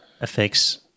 affects